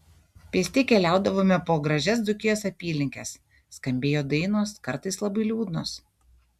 pėsti keliaudavome po gražias dzūkijos apylinkes skambėjo dainos kartais labai liūdnos